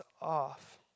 off